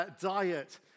diet